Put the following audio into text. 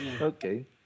Okay